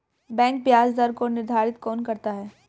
Bank ब्याज दर को निर्धारित कौन करता है?